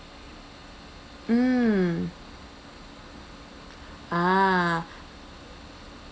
mm ah